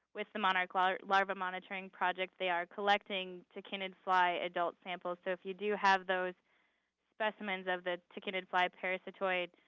with the monarch larva larva monitoring project, they are collecting tachinid fly adults samples. so if you do you have those specimens of the tachinid fly parasitoid